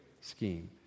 scheme